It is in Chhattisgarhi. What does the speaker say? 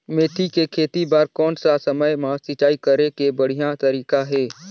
मेथी के खेती बार कोन सा समय मां सिंचाई करे के बढ़िया तारीक हे?